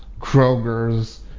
Kroger's